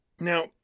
Now